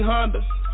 Honda